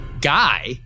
guy